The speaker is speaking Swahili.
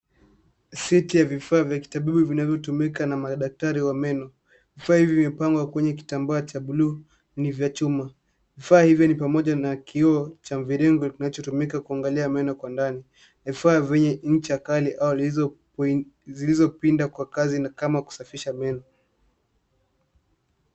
Seti ya vifaa vya kitabibu vinavyotumika na madaktari wa meno vifaa hivi vimepangwa kwenye kitambaa cha buluu ni vya chuma vifaa hivi ni pamoja na kioo cha mviringo kinachotumika kuangalia meno kwa ndani vifaa vyenye ncha kali au zilizopinda kwa kazi na kama kusafisha meno.